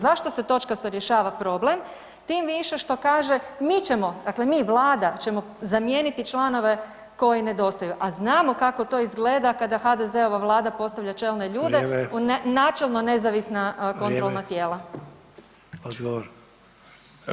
Zašto se točkasto rješava problem, tim više što kaže mi ćemo dakle, mi, Vlada ćemo zamijeniti članove koji nedostaju, a znamo kako to izgleda kada HDZ-ova Vlada postavlja čelne ljude u načelno nezavisna kontrolna tijela.